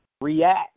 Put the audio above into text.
react